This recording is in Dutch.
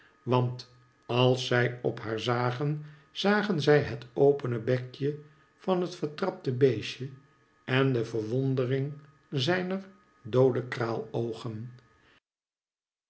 want als zij op haar zagen zagen zij het opene bekje van het vertrapte beestje en de verwondering zijner doode